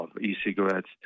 e-cigarettes